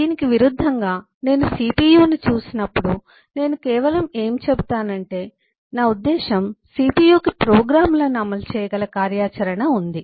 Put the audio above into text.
దీనికి విరుద్ధంగా నేను CPU ని చూసినప్పుడు నేను కేవలం ఏం చెబుతానంటే నా ఉద్దేశ్యం CPU కి ప్రోగ్రాంలను అమలు చేయగల కార్యాచరణ ఉంది